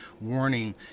warning